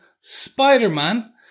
Spider-Man